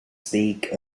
speak